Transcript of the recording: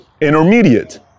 Intermediate